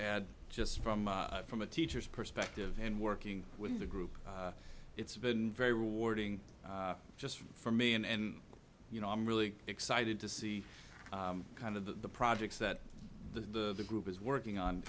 add just from from a teacher's perspective and working with the group it's been very rewarding just for me and you know i'm really excited to see kind of the projects that the group is working on